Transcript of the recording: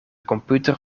computer